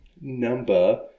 Number